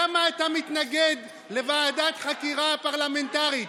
למה אתה מתנגד לוועדת חקירה פרלמנטרית?